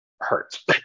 hurts